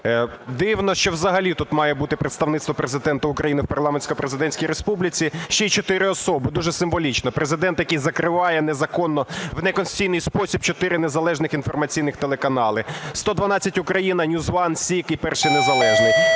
Дивно, що взагалі тут має бути представництво Президента України в парламентсько-президентській республіці, ще й 4 особи. Дуже символічно. Президент, який закриває незаконно в неконституційний спосіб 4 незалежних інформаційних телеканали: "112 Україна", NewsOne, ZIK і "Перший Незалежний".